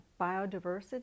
biodiversity